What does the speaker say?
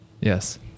Yes